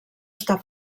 està